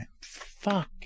Fuck